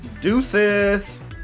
Deuces